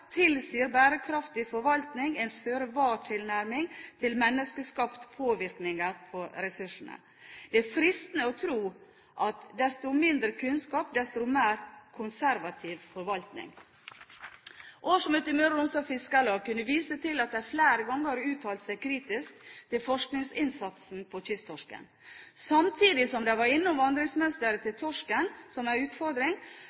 til menneskeskapte påvirkninger på ressursene. Det er fristende å tro at desto mindre kunnskap, desto mer konservativ forvaltning. Årsmøtet i Møre og Romsdal Fiskarlag kunne vise til at de flere ganger har uttalt seg kritisk til forskningsinnsatsen når det gjelder kysttorsken. Samtidig som de var